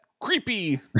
creepy